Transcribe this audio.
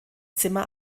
zimmer